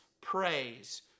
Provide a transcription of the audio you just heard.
praise